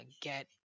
get